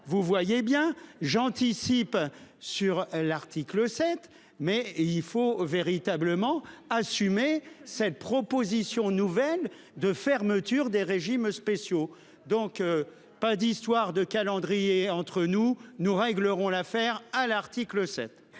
Vous voyez bien j'anticipe sur l'article 7 mai et il faut véritablement assumer cette proposition nouvelle de fermeture des régimes spéciaux, donc pas d'histoire de calendrier entre nous nous règlerons l'affaire à l'article 7.